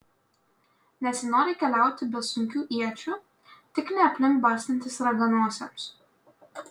nesinori keliauti be sunkių iečių tik ne aplink bastantis raganosiams